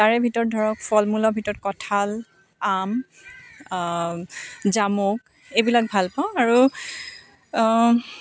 তাৰে ভিতৰত ধৰক ফলমূলৰ ভিতৰত কঠাল আম জামু এইবিলাক ভাল পাওঁ আৰু